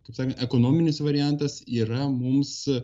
taip sakant ekonominis variantas yra mums